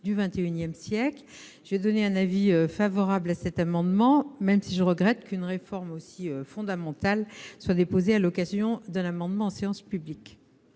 du XXI siècle. La commission a émis un avis favorable sur cet amendement, même si je regrette qu'une réforme aussi fondamentale soit engagée à l'occasion d'un simple amendement en séance publique.